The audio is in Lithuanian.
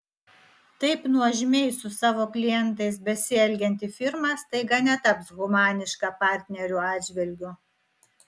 taip nuožmiai su savo klientais besielgianti firma staiga netaps humaniška partnerių atžvilgiu